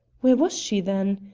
where was she, then?